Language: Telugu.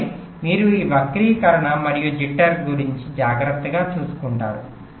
ఆపై మీరు ఈ వక్రీకరణ మరియు జిటర్ skew jitter గురించి జాగ్రత్తగా చూసుకుంటారు